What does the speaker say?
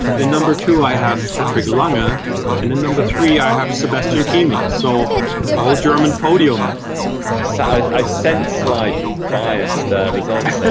in number two, i have patrick lange ah and in number three, i have sebastian kienle, so all-german podium. mark so i sense like biased results there.